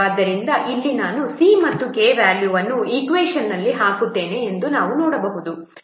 ಆದ್ದರಿಂದ ಇಲ್ಲಿ ನಾನು c ಮತ್ತು k ವ್ಯಾಲ್ಯೂವನ್ನು ಈಕ್ವೇಷನ್ನಲ್ಲಿ ಹಾಕುತ್ತೇನೆ ಎಂದು ನಾವು ನೋಡಬಹುದು